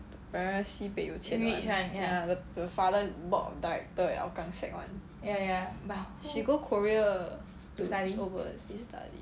parent sibei 有钱 [one] ya the father board of director at hougang sec one she go korea overseas study